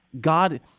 God